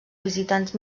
visitants